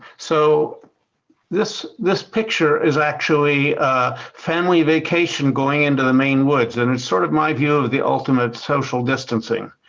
so this this picture is actually a family vacation, going into the main woods, and it's sort of my view of the ultimate social distancing.